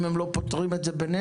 אם הם לא פותרים את זה ביניהם,